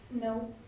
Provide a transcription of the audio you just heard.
No